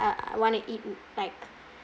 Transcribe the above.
want to eat like